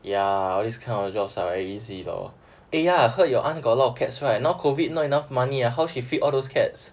ya all these kind of jobs are easy though